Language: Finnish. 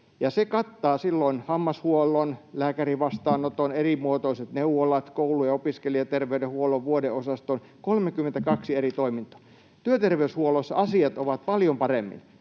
se kattaa silloin hammashuollon, lääkärin vastaanoton, erimuotoiset neuvolat, koulu- ja opiskelijaterveydenhuollon, vuodeosaston — 32 eri toimintoa. Työterveyshuollossa asiat ovat paljon paremmin: